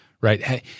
right